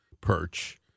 perch